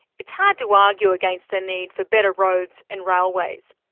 it's hard to argue against the need for better roads and railways.